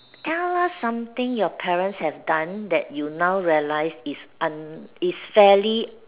tell us something your parents have done that you now realise is un~ is fairly